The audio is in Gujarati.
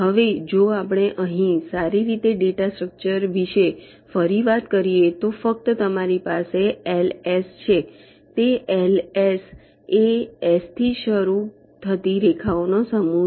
હવે જો આપણે અહીં સારી રીતે ડેટા સ્ટ્રક્ચર વિશે ફરી વાત કરીએ તો ફક્ત તમારી પાસે LS છે તે LS એ S થી શરૂ થતી રેખાઓનો સમૂહ છે